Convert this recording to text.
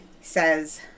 says